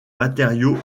matériaux